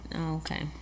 Okay